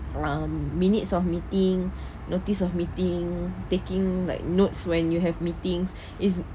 um minutes of meeting notice of meeting taking like notes when you have meetings is